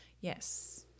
Yes